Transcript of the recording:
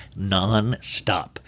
nonstop